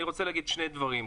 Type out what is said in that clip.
אני רוצה להגיד שני דברים.